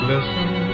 Listen